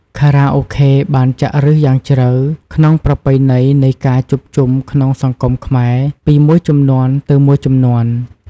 ខារ៉ាអូខេបានចាក់ឫសយ៉ាងជ្រៅក្នុងប្រពៃណីនៃការជួបជុំក្នុងសង្គមខ្មែរពីមួយជំនាន់ទៅមួយជំនាន់។